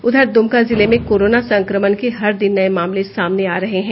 उधर द्मका जिले में कोरोना संक्रमण के हर दिन नये मामले सामने आ रहे हैं